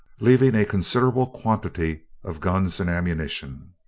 leaving a considerable quantity of guns and ammunition.